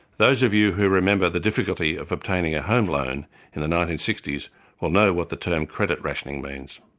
those of you who remember the difficulty of obtaining a home loan in the nineteen sixty s will know what the term credit rationing means.